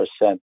percent